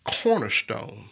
cornerstone